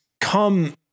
come